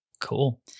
Cool